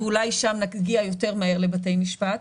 ואולי שם נגיע יותר מהר לבתי משפט.